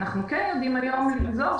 אנחנו כן יודעים היום לגזור,